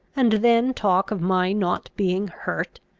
and then talk of my not being hurt?